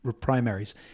primaries